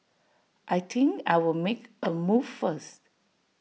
I think I'll make A move first